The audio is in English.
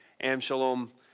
Amshalom